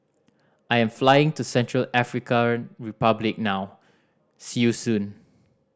I am flying to Central African Republic now see you soon